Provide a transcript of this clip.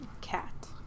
Cat